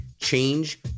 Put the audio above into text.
change